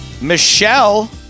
Michelle